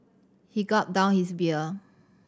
he gulped down his beer